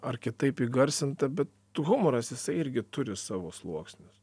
ar kitaip įgarsinta bet humoras jisai irgi turi savo sluoksnius